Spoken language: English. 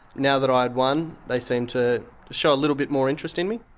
now that i'd won, they seemed to show a little bit more interest in me.